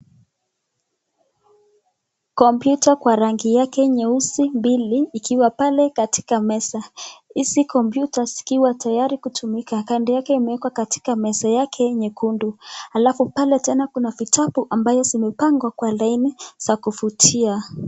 (cs)Computer(cs)kwa rangi yake nyeusi mbili ikiwa pale katika meza, Hizi(cs)computer(cs)zikiwa tayari kutumika kando yake imewekwa katika meza yake nyekundu, Halafu pale tena kuna vitabu ambayo zimepangwa kwa laini zakufutia.